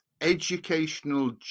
educational